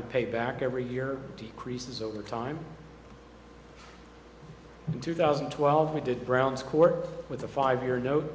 we pay back every year decreases over time in two thousand and twelve we did browns court with a five year note